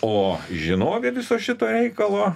o žinovė viso šito reikalo